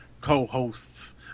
co-hosts